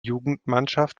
jugendmannschaft